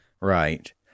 right